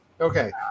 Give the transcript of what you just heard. Okay